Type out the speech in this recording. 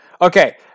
Okay